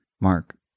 Mark